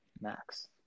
max